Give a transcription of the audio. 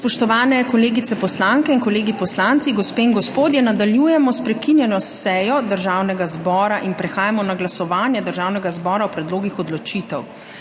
Spoštovani kolegice poslanke in kolegi poslanci, gospe in gospodje! Nadaljujemo s prekinjeno sejo Državnega zbora. Prehajamo na glasovanje Državnega zbora o predlogih odločitev.